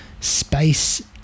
space